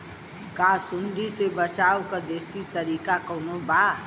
का सूंडी से बचाव क देशी तरीका कवनो बा?